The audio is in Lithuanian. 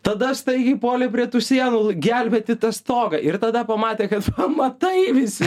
tada staigiai puolė prie tų sienų gelbėti tą stogą ir tada pamatė kad pamatai visi